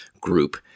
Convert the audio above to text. group